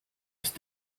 ist